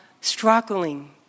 struggling